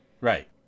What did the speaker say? Right